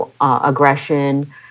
aggression